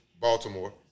Baltimore